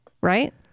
right